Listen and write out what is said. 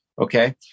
Okay